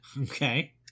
Okay